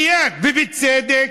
מייד, ובצדק.